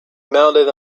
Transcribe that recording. mounted